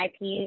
IP